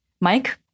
Mike